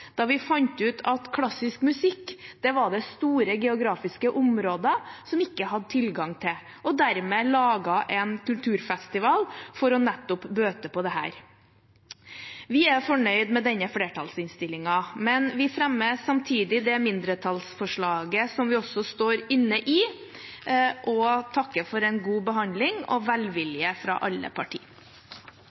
da vi fant ut at klassisk musikk var det store geografiske områder som ikke hadde tilgang til, og dermed laget en kulturfestival for nettopp å bøte på dette. Vi er fornøyd med denne flertallsinnstillingen, men vi fremmer samtidig det mindretallsforslaget som vi også står inne i, og takker for en god behandling og velvilje fra alle